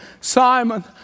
Simon